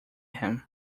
him